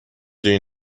دونی